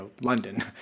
London